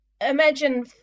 Imagine